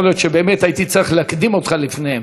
יכול להיות שבאמת הייתי צריך להקדים אותך לפניהם.